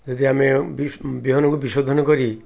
ଯଦି ଆମେ ବି ବିହନକୁ ବିଶୋଧନ କରି